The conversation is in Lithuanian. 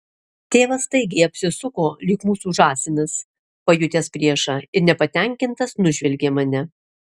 tėvas staigiai apsisuko lyg mūsų žąsinas pajutęs priešą ir nepatenkintas nužvelgė mane